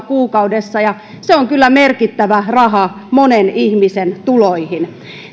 kuukaudessa ja se on kyllä merkittävä raha monen ihmisen tuloihin